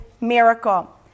miracle